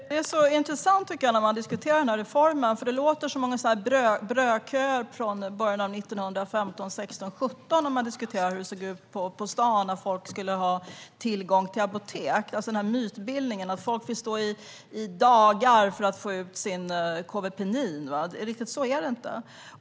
Fru talman! Det är intressant att diskutera den här reformen. När man diskuterar tillgången till apotek låter det som om man diskuterar brödköer någon gång runt 1915 och hur det då såg ut på stan. Det är alltså en mytbildning att folk fick stå i dagar för att få ut sin Kåvepenin. Riktigt så är det inte.